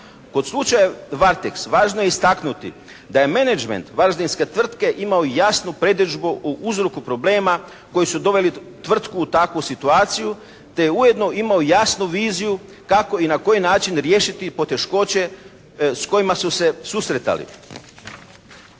Kod slučaja "Varteks" važno je istaknuti da menadžment varaždinske tvrtke imao jasnu predodžbu u uzroku problema koji su doveli tvrtku u takvu situaciju, te je ujedno imao jasnu viziju kako i na koji način riješiti i poteškoće s kojima su se susretali.